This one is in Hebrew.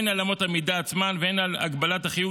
הן על אמות המידה עצמן והן על הגבלת החיוג